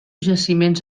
jaciments